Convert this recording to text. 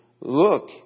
look